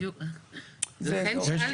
לכן שאלתי.